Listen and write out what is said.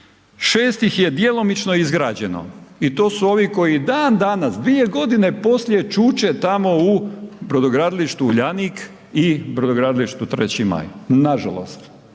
6 ih je djelomično izgrađeno i to su ovi koji i dan danas dvije godine poslije čuče tamo u Brodogradilištu Uljanik i Brodogradilištu 3. maj, nažalost.